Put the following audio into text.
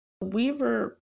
Weaver